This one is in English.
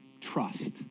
trust